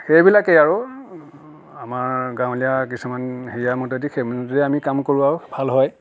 সেইবিলাকেই আৰু আমাৰ গাঁৱলীয়া কিছুমান হেৰিয়াৰ মতেদি সেই মতেদি আমি কাম কৰোঁ আৰু ভাল হয়